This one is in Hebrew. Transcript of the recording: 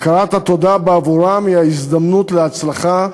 הכרת התודה בעבורם היא הזדמנות להצלחה.